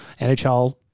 NHL